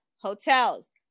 hotels